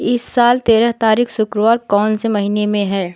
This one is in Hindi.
इस साल तेरह तारीख शुक्रवार कौन से महीने में है